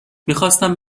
میخواستم